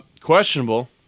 Questionable